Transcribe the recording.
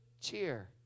cheer